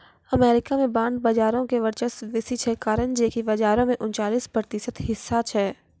America मे bond बजारो के वर्चस्व बेसी छै, कारण जे कि बजारो मे उनचालिस प्रतिशत हिस्सा छै